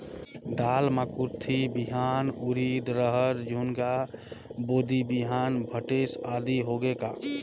दाल मे कुरथी बिहान, उरीद, रहर, झुनगा, बोदी बिहान भटेस आदि होगे का?